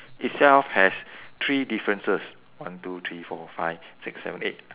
itself has three differences one two three four five six seven eight